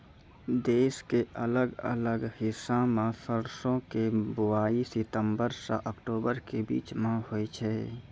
देश के अलग अलग हिस्सा मॅ सरसों के बुआई सितंबर सॅ अक्टूबर के बीच मॅ होय छै